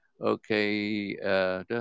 Okay